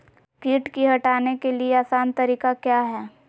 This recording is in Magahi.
किट की हटाने के ली आसान तरीका क्या है?